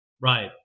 Right